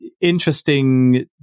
interesting